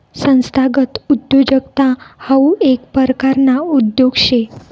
संस्थागत उद्योजकता हाऊ येक परकारना उद्योग शे